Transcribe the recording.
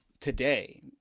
today